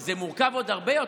זה מורכב עוד הרבה יותר,